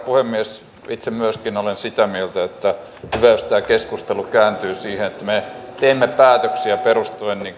puhemies itse myöskin olen sitä mieltä että hyvä jos tämä keskustelu kääntyy siihen että me teemme päätöksiä perustuen